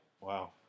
Wow